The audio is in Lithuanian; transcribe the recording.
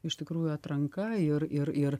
iš tikrųjų atranka ir ir ir